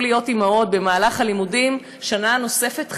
להיות אימהות במהלך הלימודים שנה נוספת חינם.